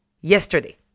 yesterday